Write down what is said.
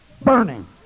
burning